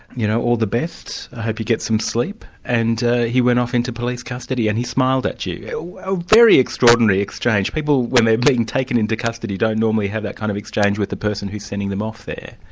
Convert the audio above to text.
you know all the best i hope you get some sleep, and he went off into police custody, and he smiled at you. a ah very extraordinary exchange people when they're being taken into custody don't normally have that kind of exchange with the person who's sending them off there.